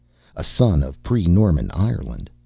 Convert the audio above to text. a son of pre-norman ireland.